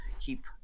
keep